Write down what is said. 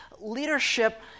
leadership